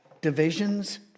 divisions